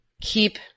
keep